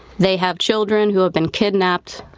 they have children who have been kidnapped,